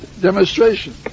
demonstration